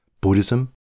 Buddhism